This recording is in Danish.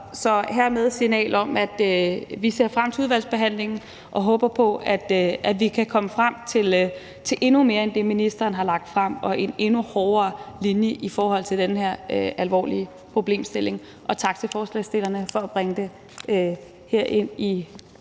er hermed et signal om, at vi ser frem til udvalgsbehandlingen og håber på, at vi kan komme frem til endnu mere end det, ministeren har lagt frem, og til en endnu hårdere linje i forhold til den her alvorlige problemstilling. Og tak til forslagsstillerne for at bringe det herind i